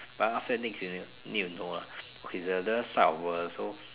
but after next you need need to know ah okay the other side of world so